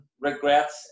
regrets